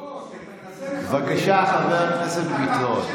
לא, בבקשה, חבר הכנסת ביטון.